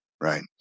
right